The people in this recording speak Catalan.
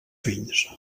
fills